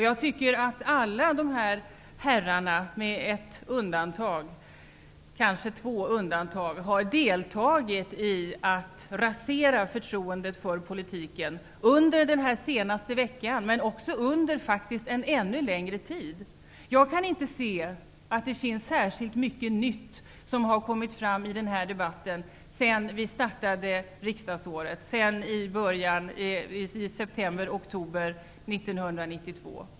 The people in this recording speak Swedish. Jag tycker att alla herrarna med ett undantag, kanske två, har deltagit i raserandet av förtroendet för politiken under den senaste veckan men också under en ännu längre tid. Jag kan inte se att särskilt mycket nytt har kommit fram i denna debatt sedan riksdagsåret startades i oktober 1992.